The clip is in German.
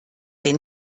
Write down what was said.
den